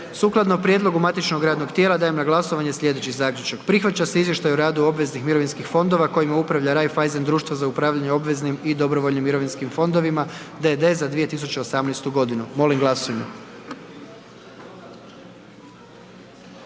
sukladno prijedlogu matičnog radnog tijela dajem na glasovanje sljedeći zaključak, prihvaća se Izvještaj radu obveznih mirovinskih fondova kojima upravlja Raiffeisen društvo za upravljanje obveznim i dobrovoljnim mirovinskim fondovima za d.d. za 2018. g., molim glasujmo.